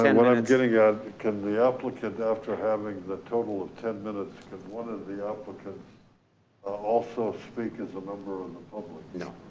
and what i'm getting at, can the applicant after having the total of ten minutes, cause one of the applicants also speak as the number of and the public, you know